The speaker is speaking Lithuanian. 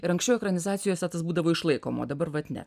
ir anksčiau ekranizacijose tas būdavo išlaikoma o dabar vat ne